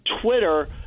Twitter